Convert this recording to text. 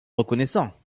reconnaissant